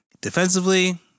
Defensively